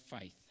faith